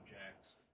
objects